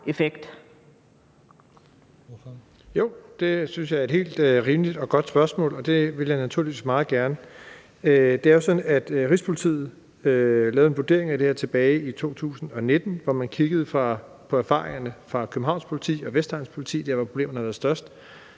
det synes jeg er et helt rimeligt og godt spørgsmål, og det vil jeg naturligvis meget gerne. Det er jo sådan, at Rigspolitiet lavede en vurdering af det her tilbage i 2019, hvor man kiggede på erfaringerne fra Københavns Politi og Københavns Vestegns Politi – der, hvor problemerne havde været størst